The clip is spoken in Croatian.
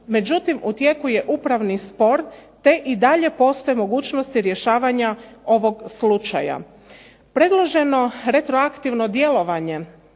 međutim u tijeku je upravni spor te i dalje postoje mogućnosti rješavanja ovog slučaja. Predloženo retroaktivno djelovanje